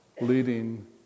leading